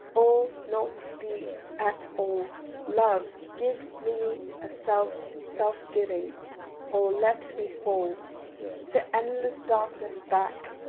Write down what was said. or not be at all love, give me a self self-giving or let me fall to endless darkness back,